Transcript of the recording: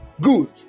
Good